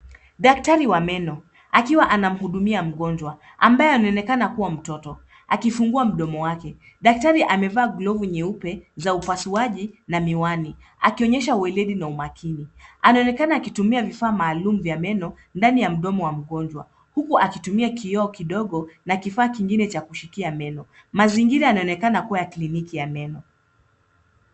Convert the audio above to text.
DaKtari wa meno akiwa anamhudumia mgonjwa ambaye anaonekana kuwa mtoto akifungua mdomo wake. Daktari amevaa glovu nyeupe za upasuaji na miwani akionyesha ueledi na umakini anaonekana akitumia vifaa maalum vya meno ndani ya mdomo wa mgonjwa, huku akitumia kioo kidogo na kifaa kingine cha kushikia meno. Mazingira yanaonekana kuwa ya kliniki ya meno.